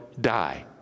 die